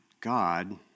God